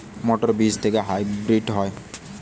মটর বীজ কি হাইব্রিড হয়?